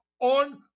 on